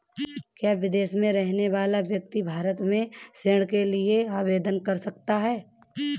क्या विदेश में रहने वाला व्यक्ति भारत में ऋण के लिए आवेदन कर सकता है?